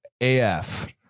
AF